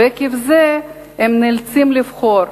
ועקב זה הם נאלצים לבחור,